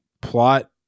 plot